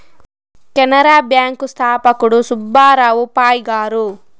Canara bank స్థాపకుడు సుబ్బారావు పాయ్ గారు